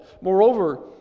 Moreover